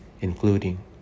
including